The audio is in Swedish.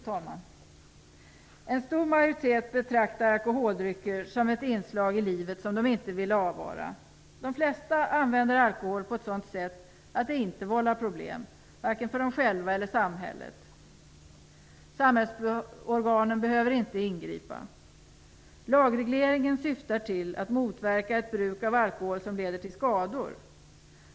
En stor majoritet betraktar alkoholdrycker som ett inslag i livet som man inte vill avvara. De flesta använder alkohol på ett sådant sätt att det inte vållar problem, vare sig för dem själva eller för samhället. Samhällsorganen behöver inte ingripa. Lagregleringen syftar till att motverka ett bruk av alkohol som leder till skador.